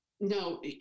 no